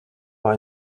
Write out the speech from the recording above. par